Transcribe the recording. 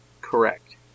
Correct